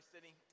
City